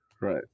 right